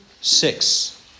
six